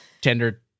Tender